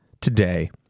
today